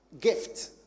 gift